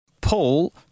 Paul